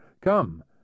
Come